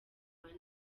bane